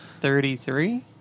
Thirty-three